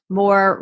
more